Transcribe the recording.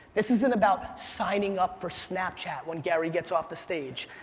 this isn't about signing up for snapchat when gary gets off the stage.